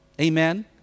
Amen